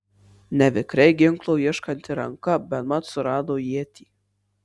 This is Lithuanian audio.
nevikriai ginklo ieškanti ranka bemat surado ietį